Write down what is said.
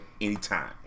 Anytime